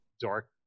dark